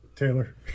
Taylor